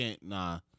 Nah